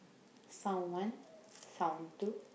some one some two